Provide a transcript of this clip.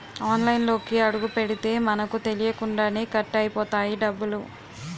ఆన్లైన్లోకి అడుగుపెడితే మనకు తెలియకుండానే కట్ అయిపోతాయి డబ్బులు